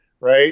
right